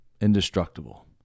indestructible